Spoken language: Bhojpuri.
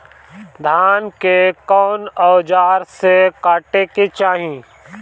धान के कउन औजार से काटे के चाही?